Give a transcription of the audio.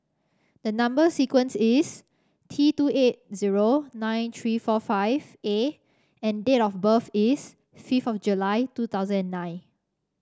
the number sequence is T two eight zero nine three four five A and date of birth is fifth of July two thousand and nine